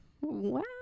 Wow